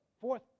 fourth